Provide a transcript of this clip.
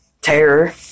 terror